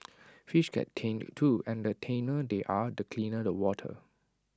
fish get tanned too and the tanner they are the cleaner the water